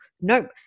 Nope